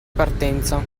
partenza